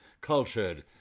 cultured